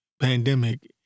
pandemic